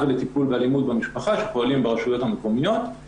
וטיפול באלימות במשפחה שפועלים ברשויות המקומיות.